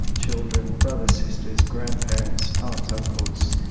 children, brothers, sisters, grandparents, aunts, uncles,